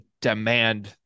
demand